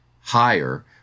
higher